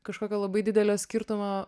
kažkokio labai didelio skirtumo